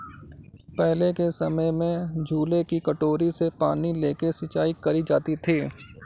पहले के समय में झूले की टोकरी से पानी लेके सिंचाई करी जाती थी